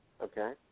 okay